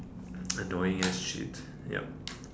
annoying as shit ya